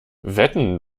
wetten